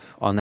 on